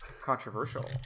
controversial